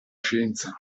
scienza